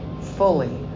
fully